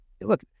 look